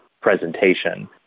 presentation